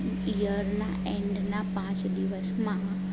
ઈયરના એન્ડના પાંચ દિવસમાં